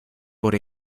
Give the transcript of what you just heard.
por